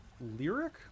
Lyric